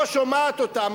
לא שומעת אותם.